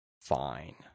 fine